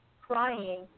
crying